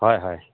হয় হয়